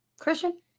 Christian